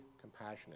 compassionate